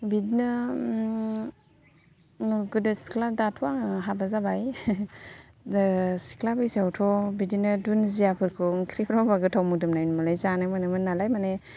बिदिनो गोदो सिख्ला दाथ' आङो हाबा जाबाय सिख्ला बैसोआवथ' बिदिनो दुनजियाफोरखौ ओंख्रिफ्राव होबा गोथाव मोदोमनाय मोनोनालाय जानो मोनोमोन नालाय माने